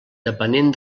depenent